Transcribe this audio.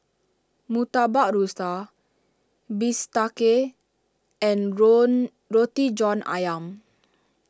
Murtabak Rusa Bistake and run Roti John Ayam